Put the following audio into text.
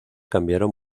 cambiaron